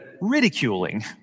ridiculing